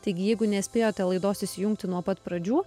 taigi jeigu nespėjote laidos įsijungti nuo pat pradžių